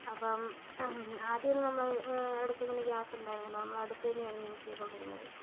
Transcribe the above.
അപ്പം ആദ്യമൊന്നും നമ്മളുടെ അടുത്ത് ഇങ്ങനെ ഗ്യാസ് ഉണ്ടായിരുന്നില്ല നമ്മള് അടുപ്പ് തന്നെ ആയിരുന്നു യൂസ് ചെയ്തുകൊണ്ടിരുന്നത്